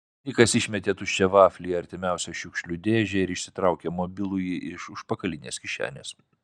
nikas išmetė tuščią vaflį į artimiausią šiukšlių dėžę ir išsitraukė mobilųjį iš užpakalinės kišenės